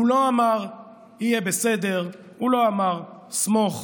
הוא לא אמר: יהיה בסדר, הוא לא אמר: סמוך.